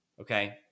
Okay